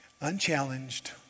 unchallenged